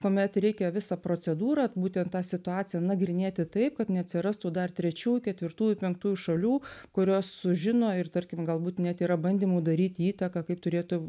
kuomet reikia visą procedūrą būtent tą situaciją nagrinėti taip kad neatsirastų dar trečiųjų ketvirtųjų penktųjų šalių kurios sužino ir tarkim galbūt net yra bandymų daryti įtaką kaip turėtų